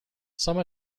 some